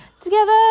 together